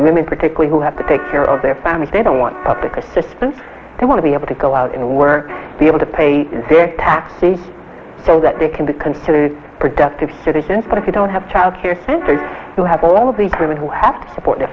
women particularly who have to take care of their families they don't want public assistance they want to be able to go out and work be able to pay their taxes so that they can be considered productive citizens but if you don't have childcare centers you have all of these women who have to support their